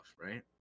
right